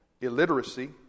illiteracy